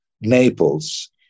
Naples